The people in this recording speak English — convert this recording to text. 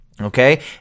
okay